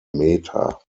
meta